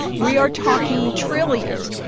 we are talking trillions.